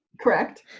Correct